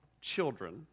children